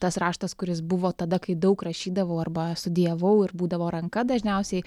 tas raštas kuris buvo tada kai daug rašydavau arba studijavau ir būdavo ranka dažniausiai